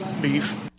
beef